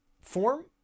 form